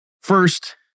first